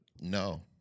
No